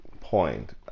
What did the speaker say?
point